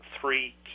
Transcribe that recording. three